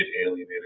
alienated